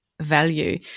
value